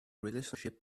relationship